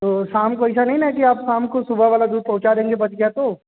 तो शाम को ऐसा नहीं है ना की आप शाम को सुबह वाला दूध पहुँचा देंगे बच गया तो